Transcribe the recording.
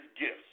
gifts